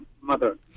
mother